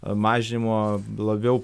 mažinimo labiau